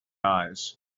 eyes